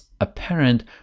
apparent